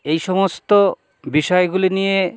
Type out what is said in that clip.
এই সমস্ত বিষয়গুলি নিয়ে